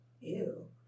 Ew